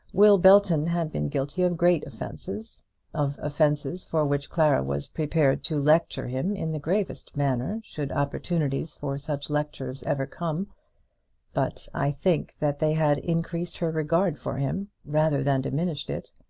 will belton had been guilty of great offences of offences for which clara was prepared to lecture him in the gravest manner should opportunities for such lectures ever come but i think that they had increased her regard for him rather than diminished it.